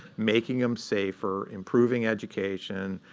making them safer, improving education,